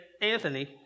Anthony